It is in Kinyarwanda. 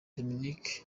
dominic